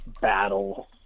battle